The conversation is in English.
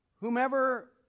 whomever